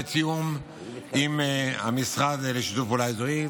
בתיאום עם המשרד לשיתוף פעולה אזורי.